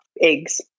eggs